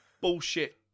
bullshit